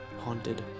haunted